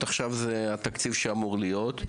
עכשיו זה התקציב שאמור להיות,